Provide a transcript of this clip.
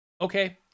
okay